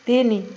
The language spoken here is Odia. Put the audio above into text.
ତିନି